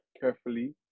carefully